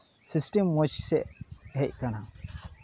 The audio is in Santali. ᱥᱤᱥᱴᱮᱢ ᱢᱚᱡᱽ ᱥᱮᱫ ᱦᱮᱡ ᱟᱠᱟᱱᱟ